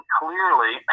clearly